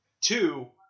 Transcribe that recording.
Two